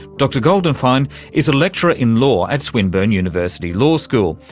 dr goldenfein is a lecturer in law at swinburne university law school.